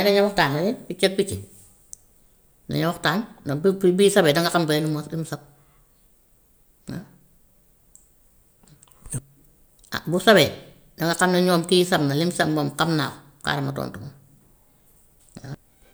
Nañu waxtaan kay piccag picc nañu waxtaan, na fu fu bii sabee danga xam bee lu mu wax lu mu sab waa. Ah bu sabee danga xam ne ñoom kii sab na li mu sab moom xam naa ko xaaral ma tontu ko waa.